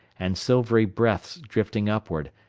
and silvery breaths drifting upward,